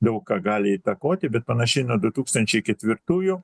daug ką gali įtakoti bet panašiai nuo du tūkstančiai ketvirtųjų